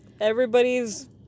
Everybody's